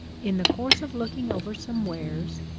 in the course of looking over some wares,